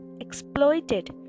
exploited